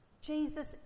Jesus